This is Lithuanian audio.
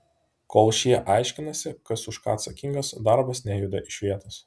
kol šie aiškinasi kas už ką atsakingas darbas nejuda iš vietos